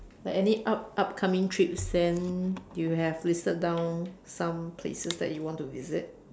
like any up~ upcoming trips then you have listed down some places that you want to visit